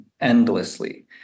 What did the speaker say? endlessly